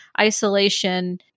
Isolation